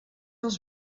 els